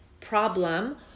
problem